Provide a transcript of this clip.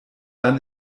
dann